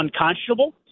unconscionable